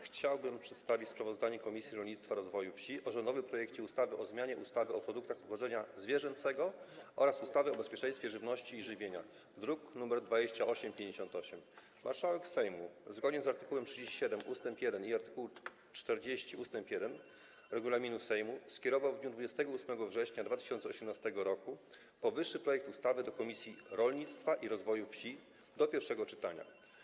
Chciałbym przedstawić sprawozdanie Komisji Rolnictwa i Rozwoju Wsi o rządowym projekcie ustawy o zmianie ustawy o produktach pochodzenia zwierzęcego oraz ustawy o bezpieczeństwie żywności i żywienia, druk nr 2858. Marszałek Sejmu, zgodnie z art. 37 ust. 1 i art. 40 ust. 1 regulaminu Sejmu, skierował w dniu 28 września 2018 r. powyższy projekt ustawy do Komisji Rolnictwa i Rozwoju Wsi do pierwszego czytania.